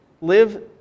live